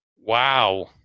Wow